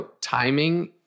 timing